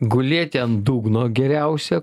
gulėti ant dugno geriausia